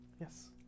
yes